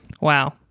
wow